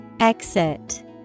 Exit